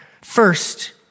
First